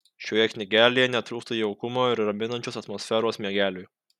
šioje knygelėje netrūksta jaukumo ir raminančios atmosferos miegeliui